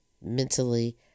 mentally